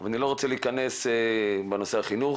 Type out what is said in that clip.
אני לא רוצה להיכנס לנושא החינוך.